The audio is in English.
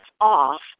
off